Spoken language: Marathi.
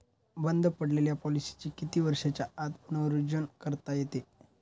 बंद पडलेल्या पॉलिसीचे किती वर्षांच्या आत पुनरुज्जीवन करता येते?